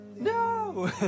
No